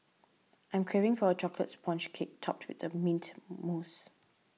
I am craving for a Chocolate Sponge Cake Topped with Mint Mousse